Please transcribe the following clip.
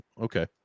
okay